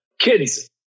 Kids